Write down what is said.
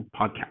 podcast